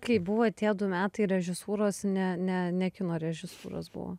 kai buvo tie du metai režisūros ne ne ne kino režisūros buvo